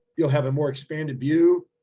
you'll have a more expanded view.